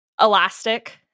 elastic